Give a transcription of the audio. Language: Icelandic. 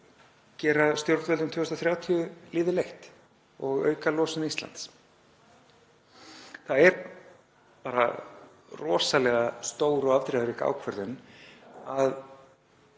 gera stjórnvöldum 2030 lífið leitt og auka losun Íslands. Það er bara rosalega stór og afdrifarík ákvörðun að